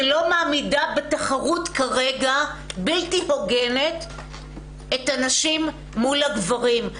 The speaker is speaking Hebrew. שלא מעמידה בתחרות כרגע בלתי הוגנת את הנשים מול הגברים.